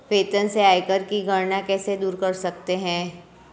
वेतन से आयकर की गणना कैसे दूर कर सकते है?